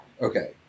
Okay